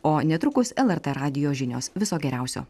o netrukus lrt radijo žinios viso geriausio